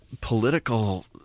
political